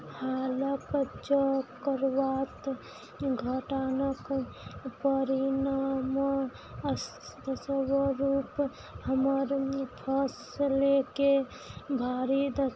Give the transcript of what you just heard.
हालक चक्रवात घटनाक परिणामस्वरूप हमर फसलके भारी